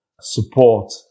support